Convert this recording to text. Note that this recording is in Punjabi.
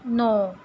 ਨੌ